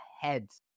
heads